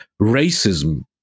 racism